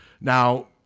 Now